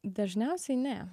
dažniausiai ne